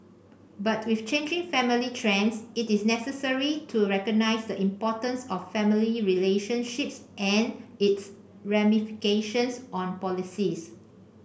but with changing family trends it is necessary to recognise the importance of family relationships and its ramifications on policies